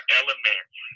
elements